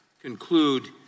conclude